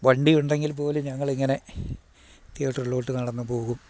വണ്ടിയുണ്ടെണ്ടെങ്കിൽ പോലും ഞങ്ങളിങ്ങനെ തിയേറ്ററിലോട്ട് നടന്ന് പോകും